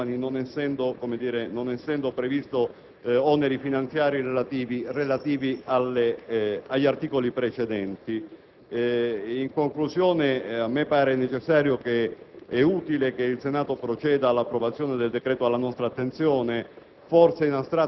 per i giovani, non essendo previsti oneri finanziari relativi agli articoli precedenti. In conclusione, a me pare necessario e utile che il Senato proceda all'approvazione del disegno di legge alla nostra attenzione.